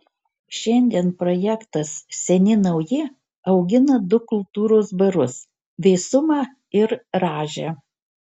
šiandien projektas seni nauji augina du kultūros barus vėsumą ir rąžę